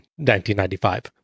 1995